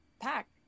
pack